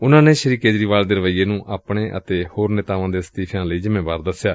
ਉਨੂਾਂ ਨੇ ਸ੍ਰੀ ਕੇਜਰੀਵਾਲ ਦੇ ਰਵਈਏ ਨੂੰ ਆਪਣੇ ਅਤੇ ਹੋਰ ਨੇਤਾਵਾਂ ਦੇ ਅਸਤੀਫ਼ੇ ਲਈ ਜਿੰਮੇਵਾਰ ਦਸਿਆ